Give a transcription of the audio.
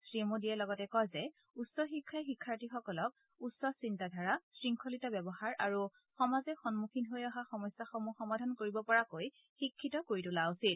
শ্ৰীমোদীয়ে লগতে কয় যে উচ্চ শিক্ষাই শিক্ষাৰ্থিসকলক উচ্চ চিন্তাধাৰা শৃংখলিত ব্যৱহাৰ আৰু সমাজে সন্মুখীন হৈ অহা সমস্যাসমূহ সমাধান কৰিব পৰাকৈ শিক্ষিত কৰি তোলা উচিত